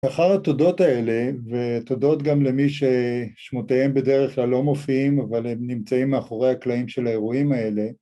אחר התודות האלה, ותודות גם למי ששמותיהם בדרך כלל לא מופיעים אבל הם נמצאים מאחורי הקלעים של האירועים האלה